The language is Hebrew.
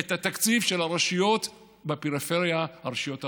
את התקציב של הרשויות בפריפריה, הרשויות הערביות,